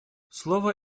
слово